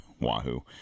Wahoo